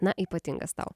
na ypatingas tau